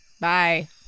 Bye